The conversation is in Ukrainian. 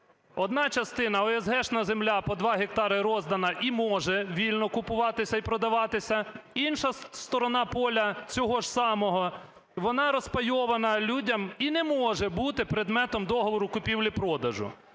одна частина – оесгешна земля по 2 гектари роздана і може вільно купуватися і продаватися, інша сторона поля цього ж самого – вона розпайована людям і не може бути предметом договору купівлі-продажу.